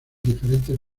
diferentes